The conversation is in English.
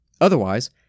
Otherwise